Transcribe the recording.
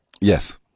Yes